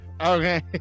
Okay